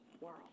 world